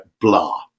blah